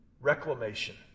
reclamation